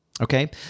Okay